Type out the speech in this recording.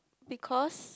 because